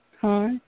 Hi